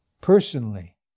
personally